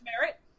merit